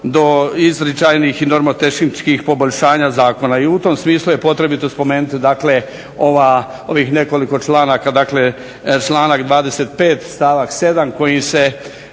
do izričajnih i nomotehničkih poboljšanja zakona. I u tom smislu je potrebito spomenuti dakle ovih nekoliko članaka. Dakle, članak 25. stavak 7. kojim se